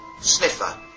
Sniffer